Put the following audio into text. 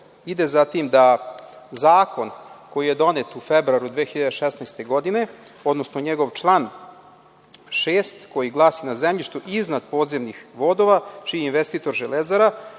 ide za tim da zakon koji je donet u februaru 2016. godine, odnosno njegov član 6, koji glasi – Na zemljištu iznad podzemnih vodova, čiji je investitor „Železara“,